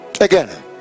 again